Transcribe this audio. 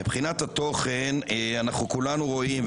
מבחינת התוכן כולנו רואים.